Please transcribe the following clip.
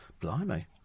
Blimey